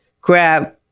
grab